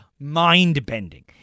mind-bending